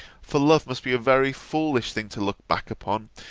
for love must be a very foolish thing to look back upon,